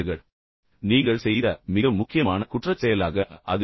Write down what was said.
எனவே நீங்கள் செய்த மிக முக்கியமான குற்றச் செயலாக அது இருந்தது